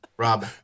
Rob